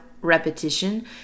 repetition